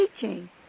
teaching